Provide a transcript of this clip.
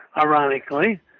ironically